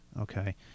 Okay